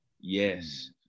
yes